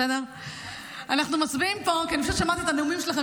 פשוט שמעתי את הנאומים שלכם,